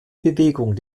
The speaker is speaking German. bewegung